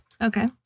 Okay